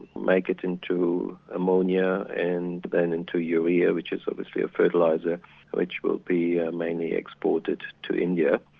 make it into ammonia and then into urea which is obviously a fertiliser which will be mainly exported to india.